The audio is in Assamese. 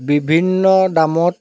বিভিন্ন দামত